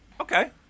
Okay